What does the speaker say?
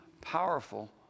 powerful